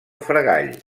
fregall